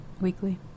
weekly